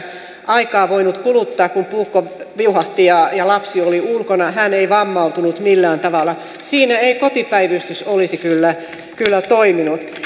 aikaa voinut kuluttaa kun puukko viuhahti ja ja lapsi oli ulkona hän ei vammautunut millään tavalla siinä ei kotipäivystys olisi kyllä kyllä toiminut